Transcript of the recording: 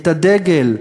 את הדגל,